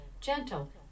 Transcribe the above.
gentle